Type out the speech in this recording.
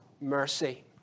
mercy